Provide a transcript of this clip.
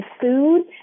food